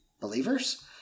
believers